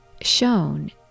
shown